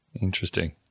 interesting